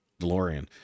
DeLorean